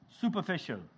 superficial